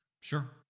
Sure